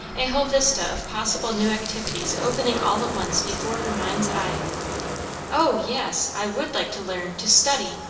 a whole vista of possible new activities opening all at once before her mind's eye o yes! i would like to learn to study.